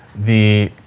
the